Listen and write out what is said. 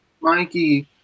Mikey